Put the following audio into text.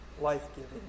life-giving